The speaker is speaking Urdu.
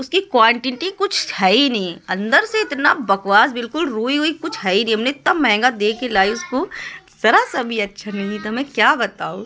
اس کی کوانٹیٹی کچھ ہے ہی نہیں اندر سے اتنا بکواس بالکل روئی ووئی کچھ ہے ہی نہیں ہم نے اتنا مہنگا دے کے لائی اس کو ذرا سا بھی اچھا نہیں تھا میں کیا بتاؤں